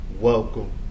welcome